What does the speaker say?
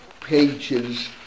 pages